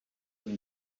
amb